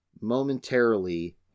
momentarily